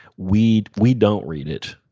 we we don't read it,